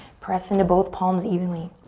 press in to both palms evenly.